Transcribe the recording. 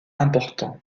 important